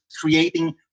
creating